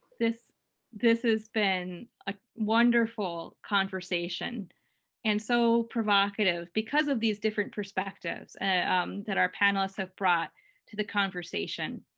this this has been a wonderful conversation and so provocative because of these different perspectives that our panelists have brought to the conversation.